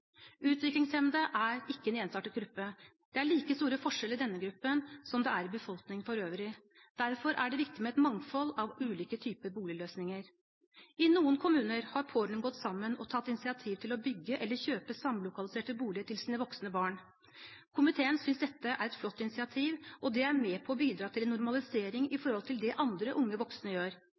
Utviklingshemmede er ikke en ensartet gruppe. Det er like store forskjeller i denne gruppen som det er i befolkningen for øvrig. Derfor er det viktig med et mangfold av ulike typer boligløsninger. I noen kommuner har pårørende gått sammen og tatt initiativ til å bygge eller kjøpe samlokaliserte boliger til sine voksne barn. Komiteen synes dette er et flott initiativ, og det er med på å bidra til en normalisering sammenliknet med det andre unge voksne gjør.